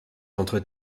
entre